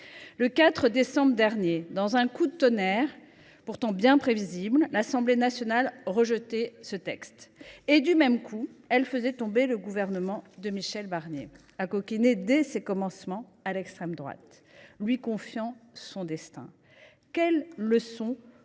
Le 4 décembre dernier, dans un coup de tonnerre pourtant bien prévisible, l’Assemblée nationale rejetait ce texte. Du même coup, elle faisait tomber le gouvernement de Michel Barnier, acoquiné dès ses commencements à l’extrême droite, lui confiant même son destin. Quelle leçon